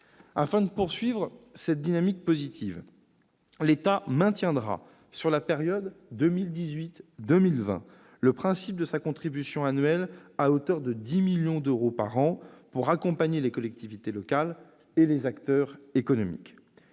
Afin de poursuivre cette dynamique positive, l'État maintiendra, sur la période 2018-2020, le principe de sa contribution annuelle à hauteur de 10 millions d'euros par an, pour accompagner les collectivités locales et les acteurs économiques.